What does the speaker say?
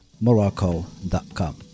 Morocco.com